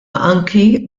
anki